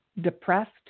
depressed